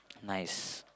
nice